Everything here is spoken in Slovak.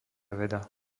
veda